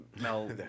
Mel